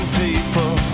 people